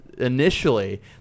Initially